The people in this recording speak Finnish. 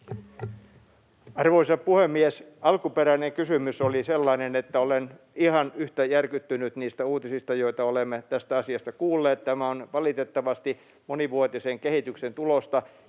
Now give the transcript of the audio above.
Arvoisa puhemies! Alkuperäinen kysymys oli sellainen, että olen ihan yhtä järkyttynyt niistä uutisista, joita olemme tästä asiasta kuulleet. Tämä on valitettavasti monivuotisen kehityksen tulosta,